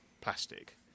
plastic